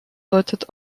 deutet